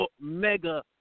Mega